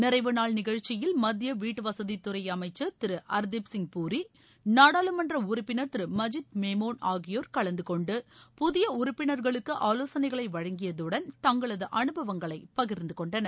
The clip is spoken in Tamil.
நிறைவுநாள் நிகழ்ச்சியில் மத்திய வீட்டுவசதித்துறை அமைச்சர் திரு ஹர்தீப்சிங் பூரி நாடாளுமன்ற உறுப்பினர் திரு மஜீத் மேமோன் ஆகியோர் கலந்து கொண்டு புதிய உறுப்பினர்களுக்கு ஆலோசனைகளை வழங்கியதுடன் தங்களது அனுபவங்களை பகிர்ந்து கொண்டனர்